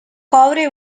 coure